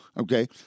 Okay